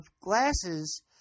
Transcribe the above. glasses